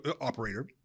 operator